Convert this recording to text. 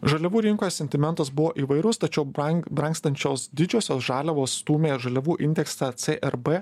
žaliavų rinkos sentimentas buvo įvairus tačiau brangti brangstančios didžiosios žaliavos stūmė žaliavų indeksą crb